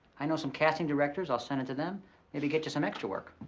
i know some casting directors, i'll send it to them, maybe get you some extra work.